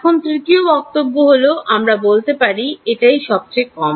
এখন তৃতীয় বক্তব্য হল আমরা বলতে পারি এটাই সবচেয়ে কম